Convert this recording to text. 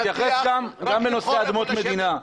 תתייחס גם לנושא אדמות מדינה.